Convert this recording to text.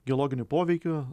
geologiniu poveikiu